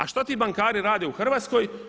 A što ti bankari rade u Hrvatskoj?